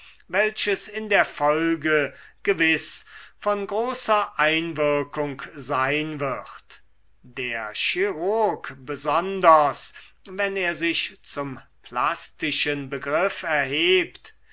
welches in der folge gewiß von großer einwirkung sein wird der chirurg besonders wenn er sich zum plastischen begriff erhebt